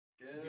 Good